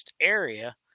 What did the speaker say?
area